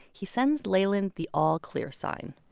he sends leyland the all clear sign,